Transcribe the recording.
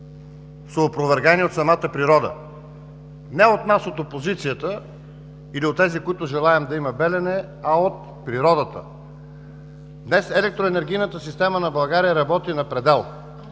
са опровергани от самата природа. Не от нас, от опозицията, или от тези, които желаем да има „Белене“, а от природата. Днес електроенергийната система на България работи на предел.